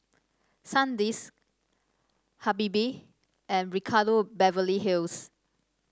Sandisk Habibie and Ricardo Beverly Hills